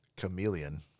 chameleon